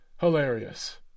Hilarious